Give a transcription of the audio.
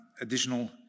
additional